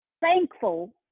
thankful